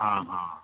हँ हँ